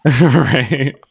right